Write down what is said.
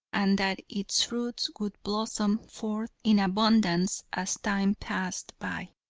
and that its fruits would blossom forth in abundance as time passed by.